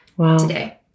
today